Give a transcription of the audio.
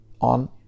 on